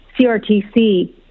CRTC